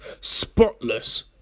spotless